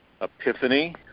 epiphany